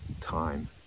time